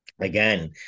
again